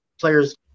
players